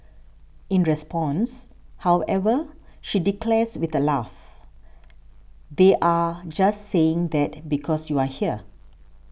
in response however she declares with a laugh they're just saying that because you're here